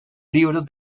libros